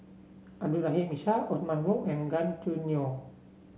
Abdul Rahim Ishak Othman Wok and Gan Choo Neo